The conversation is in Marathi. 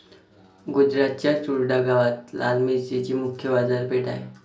गुजरातच्या चुडा गावात लाल मिरचीची मुख्य बाजारपेठ आहे